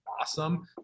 awesome